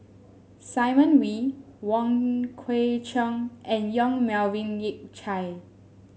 Simon Wee Wong Kwei Cheong and Yong Melvin Yik Chye